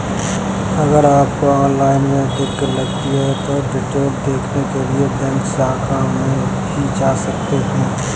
अगर आपको ऑनलाइन में दिक्कत लगती है तो डिटेल देखने के लिए बैंक शाखा में भी जा सकते हैं